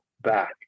back